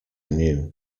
knew